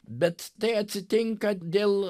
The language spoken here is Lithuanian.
bet tai atsitinka dėl